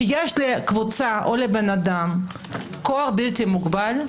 שיש לקבוצה או לאדם כוח בלתי מוגבל,